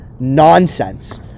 nonsense